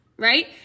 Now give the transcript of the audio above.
right